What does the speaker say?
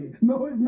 No